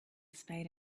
spade